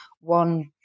one